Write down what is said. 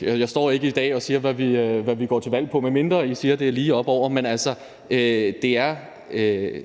Jeg står ikke i dag og siger, hvad vi går til valg på, medmindre I siger, at det er lige oppeover.